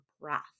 breath